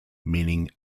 meaning